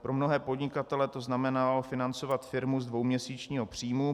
Pro mnohé podnikatele to znamenalo financovat firmu z dvouměsíčního příjmu.